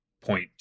point